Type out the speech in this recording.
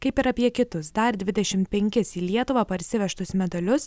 kaip ir apie kitus dar dvidešim penkis į lietuvą parsivežtus medalius